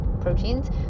proteins